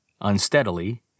Unsteadily